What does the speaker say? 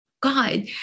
God